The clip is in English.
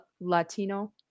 Latino